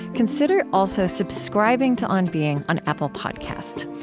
consider also subscribing to on being on apple podcasts.